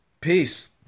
Peace